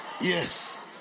Yes